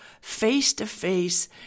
face-to-face